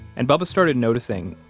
and bubba started noticing,